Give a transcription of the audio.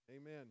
Amen